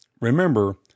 Remember